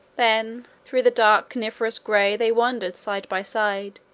then, through the dark coniferous grove they wandered side by side,